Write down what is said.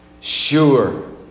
sure